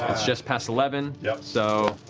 it's just past eleven. yeah so